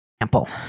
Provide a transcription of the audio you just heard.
example